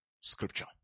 Scripture